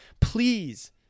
please